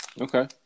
okay